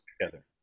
together